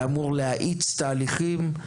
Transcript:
שאמור להאיץ תהליכים,